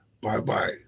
bye-bye